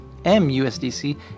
MUSDC